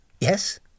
Yes